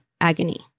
agony